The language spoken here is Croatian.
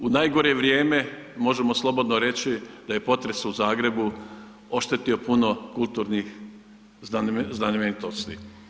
U najgore vrijeme, možemo slobodno reći, da je potres u Zagrebu oštetio puno kulturnih znamenitosti.